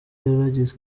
yaragize